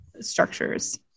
structures